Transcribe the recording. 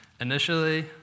initially